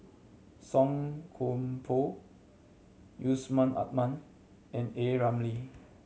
Song Koon Poh Yusman Aman and A Ramli